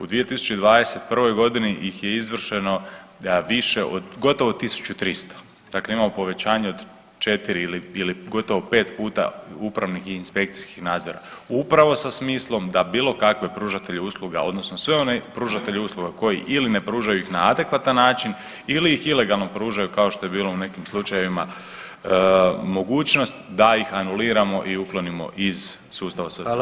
U 2021. godini ih je izvršeno više od, gotovo 1300, dakle imamo povećanje od 4 ili gotovo 5 puta upravnih i inspekcijskih nadzora upravo sa smislom da bilo kakve pružatelje usluga odnosno sve one pružatelje usluga koji ili ne pružaju na adekvatan način ili ih ilegalno pružaju kao što je bilo u nekim slučajevima mogućnost da ih anuliramo i uklonimo iz sustava socijalne skrbi.